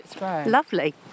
Lovely